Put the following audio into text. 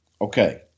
Okay